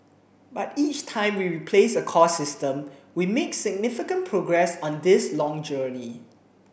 but each time we replace a core system we make significant progress on this long journey